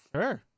sure